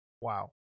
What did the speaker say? wow